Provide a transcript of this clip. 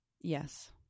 Yes